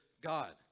God